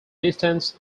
distance